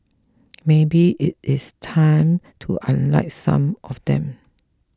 maybe it is time to unlike some of them